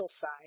side